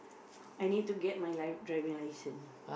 I need to get my li~ driving license